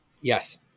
Yes